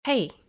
Hey